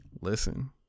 Listen